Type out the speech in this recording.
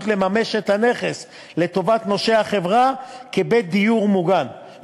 לממש את הנכס לטובת נושי החברה כבית דיור מוגן,